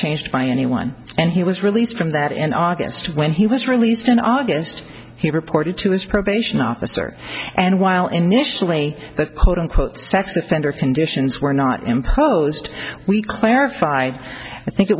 changed by anyone and he was released from that in august when he was released in august he reported to his probation officer and while initially the hold on quote sex offender conditions were not imposed we clarified i think it